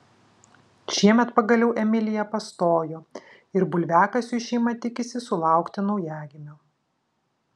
šiemet pagaliau emilija pastojo ir bulviakasiui šeima tikisi sulaukti naujagimio